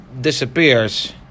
disappears